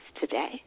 today